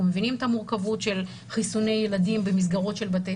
אנחנו מבינים את המורכבות של חיסוני ילדים במסגרות של בתי